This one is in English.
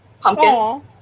pumpkins